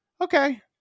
okay